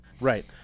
Right